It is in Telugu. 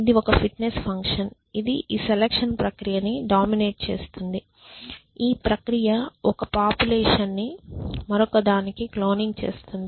ఇది ఒక ఫిట్నెస్ ఫంక్షన్ ఇది ఈ సెలక్షన్ ప్రక్రియను డోమినేట్ చేస్తుంది ఈ ప్రక్రియ ఒక పాపులేషన్ని మరొకదానికి క్లోనింగ్ చేస్తుంది